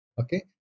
Okay